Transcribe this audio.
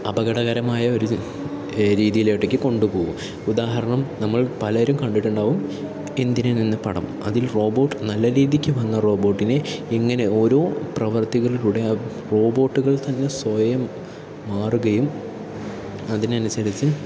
അപകടകരമായ ഒരു രീതിയിലോട്ടേക്ക് കൊണ്ടുപോകും ഉദാഹരണം നമ്മൾ പലരും കണ്ടിട്ടുണ്ടാകും യന്തിരൻ എന്ന പടം അതിൽ റോബോട്ട് നല്ല രീതിയ്ക്ക് വന്ന റോബോട്ടിനെ എങ്ങനെ ഓരോ പ്രവർത്തികളിലൂടെ ആ റോബോട്ടുകൾ തന്നെ സ്വയം മാറുകയും അതിനനുസരിച്ച്